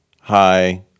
Hi